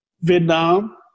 Vietnam